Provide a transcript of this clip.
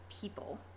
people